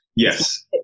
yes